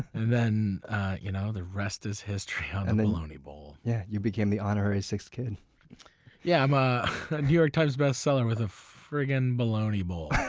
and you know the rest is history on and the bologna bowl yeah you became the honorary sixth kid yeah. i'm ah a new york times bestseller with a friggin' bologna bowl.